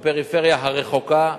בפריפריה הרחוקה.